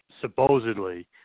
supposedly